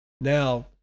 Now